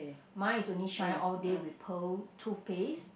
mine is only shine all day with pearl toothpaste